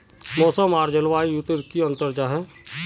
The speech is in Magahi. मौसम आर जलवायु युत की अंतर जाहा?